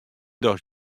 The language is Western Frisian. dochs